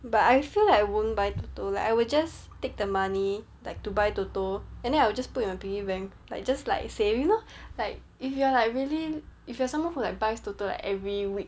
but I feel like I won't buy TOTO like I will just take the money like to buy TOTO and then I will just put in a piggy bank like just like save you know like if you are like really if you are someone who like buys TOTO like every week